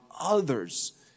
others